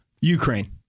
Ukraine